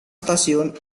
stasiun